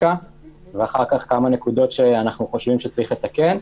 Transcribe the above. ואחר כך כמה נקודות שאנחנו חושבים שצריך לתקן.